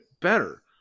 better